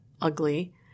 ugly